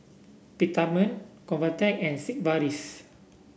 Peptamen Convatec and Sigvaris